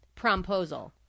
promposal